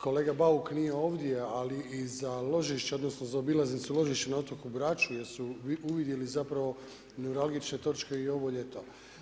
Kolega Bauk nije ovdje ali i za Ložićšće, odnosno zaoblilaznicu Ložićšće na otoku Braču jer su uvidjeli zapravo neuralgične točke i ovo ljeto.